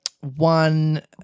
one